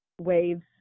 waves